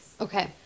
Okay